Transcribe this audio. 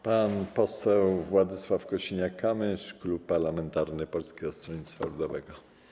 Pan poseł Władysław Kosiniak-Kamysz, klub parlamentarny Polskiego Stronnictwa Ludowego.